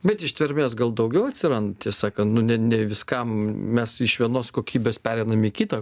bet ištvermės gal daugiau atsiranda tiesą sakant nu ne ne viskam mes iš vienos kokybės pereinam į kitą